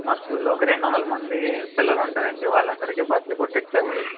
మా స్కూల్లో ఒక రెండువందల మంది పిల్లలుంటారు అండీ వాళ్ళందరికీ బట్టలు కుట్టిచాలి